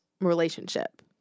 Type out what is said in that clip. relationship